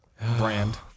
brand